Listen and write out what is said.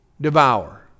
devour